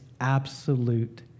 absolute